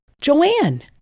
Joanne